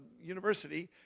University